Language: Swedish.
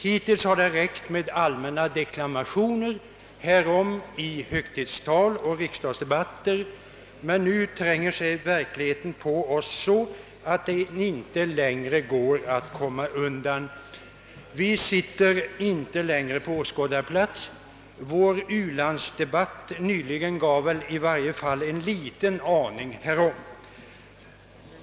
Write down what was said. Hittills har det räckt med allmänna deklarationer härom i högtidstal och riksdagsdebatter, men nu tränger sig verkligheten på oss så att det inte längre går att komma undan. Vi sitter inte längre på åskådarplats. Vår u-landsdebatt nyligen gav väl i alla fall en liten aning härom.